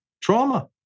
trauma